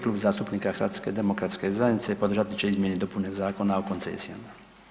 Klub zastupnika HDZ-a podržati će izmjene i dopune a Zakona o koncesijama.